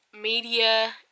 media